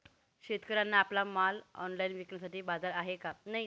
शेतकऱ्यांना आपला माल ऑनलाइन विकण्यासाठी बाजार आहे का?